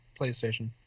PlayStation